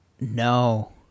No